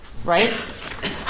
Right